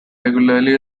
regularly